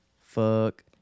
fuck